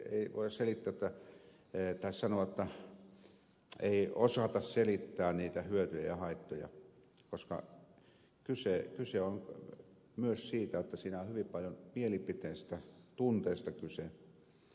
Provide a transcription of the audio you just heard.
ei voi sanoa jotta ei osata selittää niitä hyötyjä ja haittoja koska kyse on myös siitä jotta siinä on hyvin paljon mielipiteestä tunteesta kyse